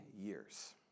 years